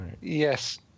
Yes